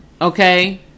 Okay